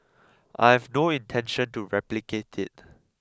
I have no intention to replicate it